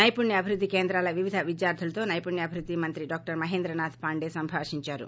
నెపుణ్య అభివృద్ది కేంద్రాల వివిధ విద్యార్లులతో నెపుణ్య అభివృద్ధి మంత్రి డాక్టర్ మహేంద్ర నాథ్ పాండే సంభాషించారు